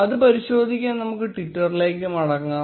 അത് പരിശോധിക്കാൻ നമുക്ക് ട്വിറ്ററിലേക്ക് മടങ്ങാം